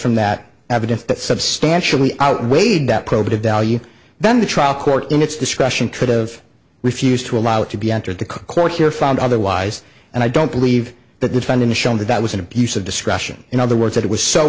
from that evidence that substantially outweighed that probative value then the trial court in its discretion could've refused to allow it to be entered the court here found otherwise and i don't believe that the defendant shown that that was an abuse of discretion in other words that it was so